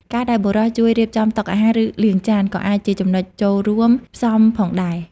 ការដែលបុរសជួយរៀបចំតុអាហារ ឬលាងចាន ក៏អាចជាចំណុចចូលរួមផ្សំផងដែរ។